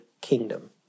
kingdom